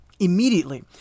Immediately